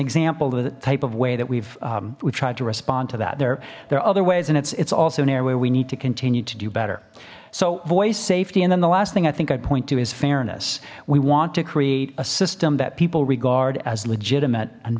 example the type of way that we've we tried to respond to that there there are other ways and it's it's also an area where we need to continue to do better so voice safety and then the last thing i think i'd point to is fairness we want to create a system that people regard as legitimate and